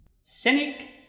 Cynic